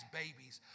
babies